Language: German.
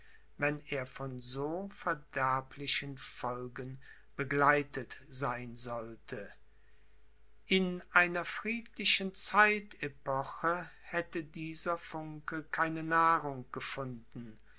wenn er von so verderblichen folgen begleitet sein sollte in einer friedlichen zeitepoche hätte dieser funke keine nahrung gefunden